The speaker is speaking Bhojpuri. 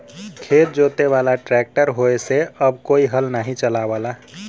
खेत जोते वाला ट्रैक्टर होये से अब कोई हल नाही चलावला